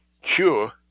cure